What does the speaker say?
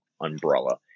umbrella